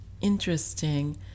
interesting